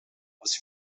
als